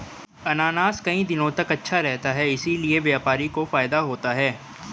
अनानास कई दिनों तक अच्छा रहता है इसीलिए व्यापारी को फायदा होता है